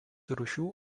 rūšių